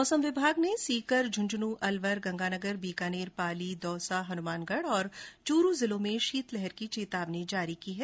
मौसम विभाग ने सीकर झुन्झुनू अलवर गंगानगर बीकानेर पाली दौसा हनुमानगढ और चूरू जिलों में शीतलहर की चेतावनी जारी की है